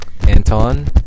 Anton